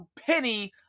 Penny